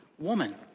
woman